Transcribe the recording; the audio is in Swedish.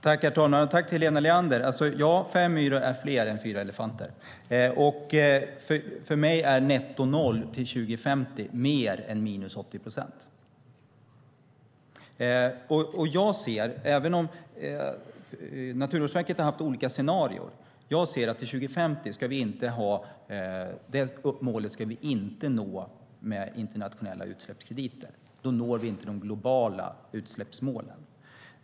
Herr talman! Ja, fem myror är fler än fyra elefanter. För mig är netto noll till 2050 mer än minus 80 procent. Även om Naturvårdsverket har haft olika scenarier ser jag att vi inte ska nå målet 2050 med internationella utsläppskrediter. Då når vi inte de globala utsläppsmålen.